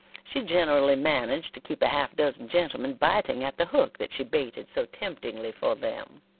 she generally managed to keep a half-dozen gentlemen biting at the hook that she baited so temptingly for them.